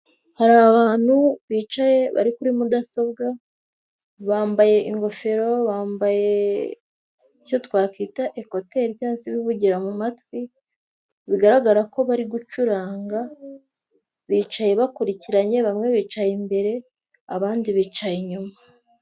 Hari abantu bicaye bari kuri mudasobwa, bambaye ingofero, bambaye icyo twakwita ekuteri cyangwa se ibivugira mu matwi, bigaragara ko bari gucuranga bicaye bakurikiranye, bamwe bicaye imbere abandi bicaye inyuma.